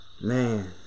Man